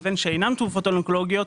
לבין שאינם תרופות אונקולוגיות,